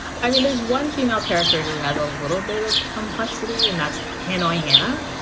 i mean, there's one female character who has a little bit of complexity, and that's hanoi hannah,